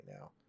now